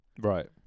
right